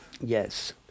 Yes